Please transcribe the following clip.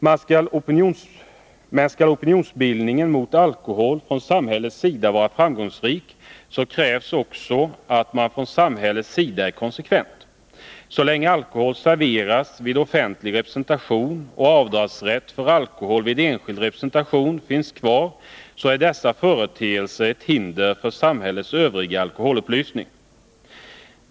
Men skall opinionsbildningen mot alkohol från samhällets sida vara framgångsrik, krävs det också att man från samhällets sida är konsekvent. Så länge alkohol serveras vid offentlig representation och avdragsrätt för alkohol vid enskild representation finns kvar, är dessa företeelser ett hinder för samhällets övriga alkoholupplysning.